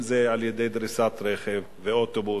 אם דריסת רכב ואוטובוס,